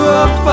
up